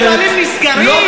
בגללנו מפעלים נסגרים?